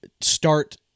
start